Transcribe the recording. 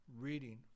Reading